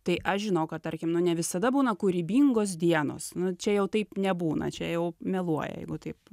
tai aš žinau kad tarkim nu ne visada būna kūrybingos dienos na čia jau taip nebūna čia jau meluoja jeigu taip